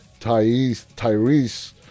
Tyrese